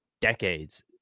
decades